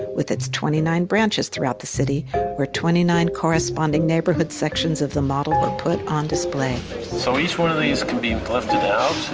with its twenty nine branches throughout the city where twenty nine corresponding neighborhood sections of the model were put on display so each one of these can be lifted out,